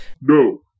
no